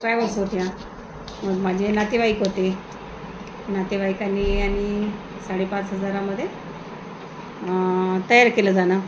travels होत्या मग माझे नातेवाईक होते नातेवाईकांनी आणि साडेपाच हजारामध्ये तयार केलं जाणं